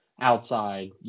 outside